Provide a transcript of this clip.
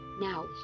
Now